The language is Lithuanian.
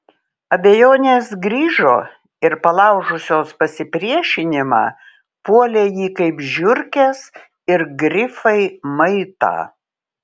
abejonės grįžo ir palaužusios pasipriešinimą puolė jį kaip žiurkės ir grifai maitą